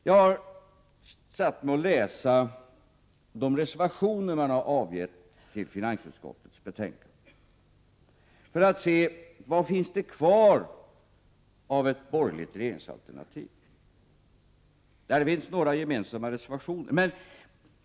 Jag har läst de reservationer som man har avgett till finansutskottets betänkande för att se vad det finns kvar av ett borgerligt regeringsalternativ. Det finns några gemensamma reservationer.